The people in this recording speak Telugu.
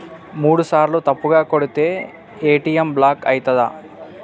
మూడుసార్ల తప్పుగా కొడితే ఏ.టి.ఎమ్ బ్లాక్ ఐతదా?